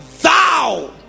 thou